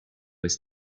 his